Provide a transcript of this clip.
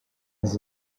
his